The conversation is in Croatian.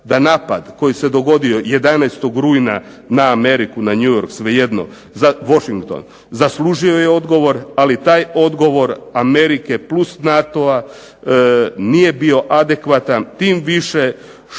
da napad koji se dogodio 11. rujna na Ameriku, na New York na Washington zaslužio je odgovor ali taj odgovor Amerike plus NATO-a nije bio adekvatan tim više što